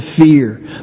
fear